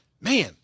man